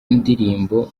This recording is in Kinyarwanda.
indirimbo